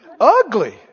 Ugly